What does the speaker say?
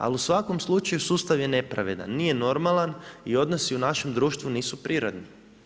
Ali u svakom slučaju sustav je nepravedan, nije normalan i odnosi u našem društvu nisu prirodni.